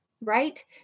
right